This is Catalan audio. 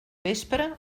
vespre